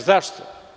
Zašto?